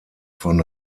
von